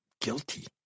guilty